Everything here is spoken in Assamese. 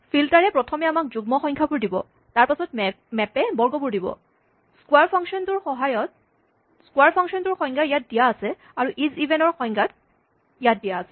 ফিল্টাৰ এ প্ৰথমে আমাক যুগ্ম সংখ্যাবোৰ দিব তাৰপাছত মেপে বৰ্গবোৰ দিব ক্সোৱাৰ ফাংচন টোৰ সংজ্ঞা ইয়াত দিয়া হৈছে আৰু ইজ ইভেন ৰ সংজ্ঞা ইয়াত দিয়া হৈছে